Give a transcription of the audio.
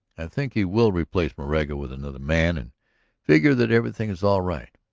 i think he will replace moraga with another man and figure that everything is all right.